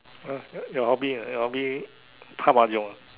your hobby ah your hobby pa Mahjong